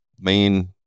main